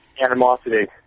animosity